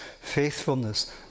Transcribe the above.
faithfulness